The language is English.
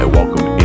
welcome